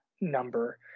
number